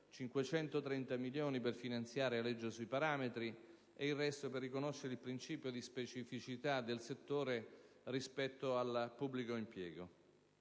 530 milioni per finanziare la legge sui parametri e la restante parte per riconoscere il principio di specificità del settore rispetto al pubblico impiego.